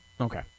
Okay